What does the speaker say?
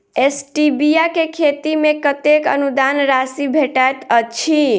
Stevia केँ खेती मे कतेक अनुदान राशि भेटैत अछि?